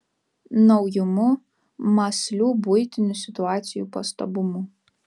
naujumu mąsliu buitinių situacijų pastabumu